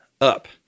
up